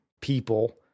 people